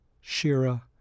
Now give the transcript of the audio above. Shira